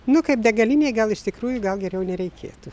nu kaip degalinėj gal iš tikrųjų gal geriau nereikėtų